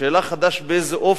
השאלה, חדש באיזה אופן.